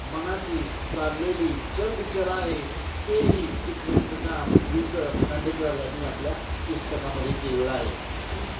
मनाची चाललेली चलबिचल आहे हेही टिपण्याचं काम वि स खांडेकर यांनी आपल्या पुस्तकामध्ये केलेलं आहे